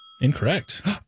Incorrect